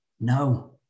No